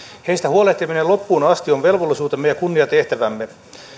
heistä huolehtiminen loppuun asti on velvollisuutemme ja kunniatehtävämme